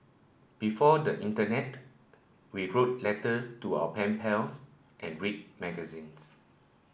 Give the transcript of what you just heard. before the internet we wrote letters to our pen pals and read magazines